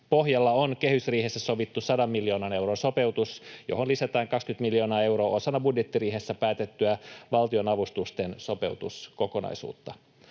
Pohjalla on kehysriihessä sovittu 100 miljoonan euron sopeutus, johon lisätään 20 miljoonaa euroa osana budjettiriihessä päätettyä valtionavustusten sopeutuskokonaisuutta.